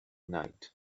night